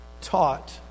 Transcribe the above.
taught